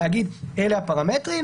להגיד: אלה הפרמטרים,